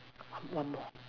one more